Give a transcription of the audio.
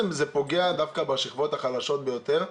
זה פוגע דווקא בשכבות החלשות ביותר,